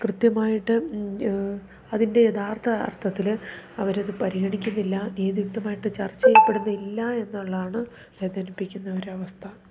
കൃത്യമായിട്ട് അതിൻ്റെ യഥാർത്ഥ അർത്ഥത്തിൽ അവരത് പരിഗണിക്കുന്നില്ല നീതി യുക്തമായിട്ട് ചർച്ച ചെയ്യപ്പെടുന്നില്ല എന്നുള്ളതാണ് വേദനിപ്പിക്കുന്ന ഒരു അവസ്ഥ